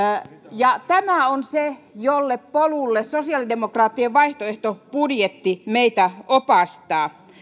ja tämä on se polku jolle sosiaalidemokraattien vaihtoehtobudjetti meitä opastaa